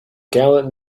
gallant